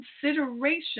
consideration